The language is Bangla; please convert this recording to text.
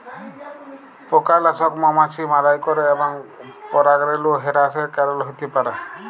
পকালাসক মমাছি মারাই ক্যরে এবং পরাগরেলু হেরাসের কারল হ্যতে পারে